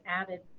added